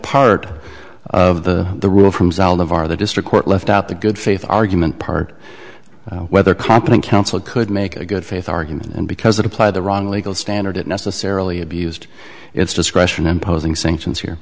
part of the rule from saldivar the district court left out the good faith argument part whether competent counsel could make a good faith argument and because it applied the wrong legal standard it necessarily abused its discretion imposing sanctions here